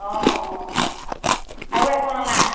অঁ অঁ আৰু একো অনা নাই